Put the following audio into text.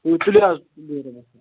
تُلِو حظ بِہِو رۄبَس حوال